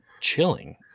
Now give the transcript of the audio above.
chilling